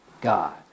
God